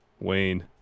Wayne